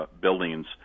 buildings